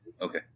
Okay